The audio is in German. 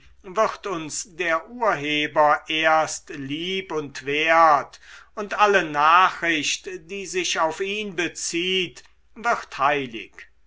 wird uns der urheber erst lieb und wert und alle nachricht die sich auf ihn bezieht wird heilig